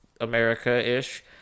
America-ish